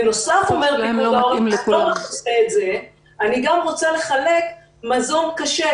בנוסף אומר פיקוד העורף: אני גם רוצה לחלק מזון קשה,